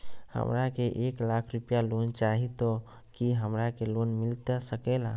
हमरा के एक लाख रुपए लोन चाही तो की हमरा के लोन मिलता सकेला?